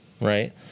right